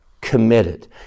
committed